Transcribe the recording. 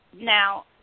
now